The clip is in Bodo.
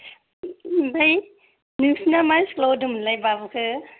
ओमफ्राय नोंसिना मा स्कुलाव होदोंमोनलाय बाबुखौ